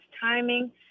timing